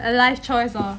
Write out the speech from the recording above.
life choice hor